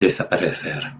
desaparecer